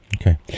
Okay